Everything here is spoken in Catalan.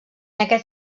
aquest